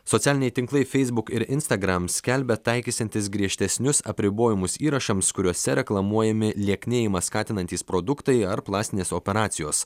socialiniai tinklai facebook ir instagram skelbia taikysiantis griežtesnius apribojimus įrašams kuriuose reklamuojami lieknėjimą skatinantys produktai ar plastinės operacijos